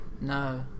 No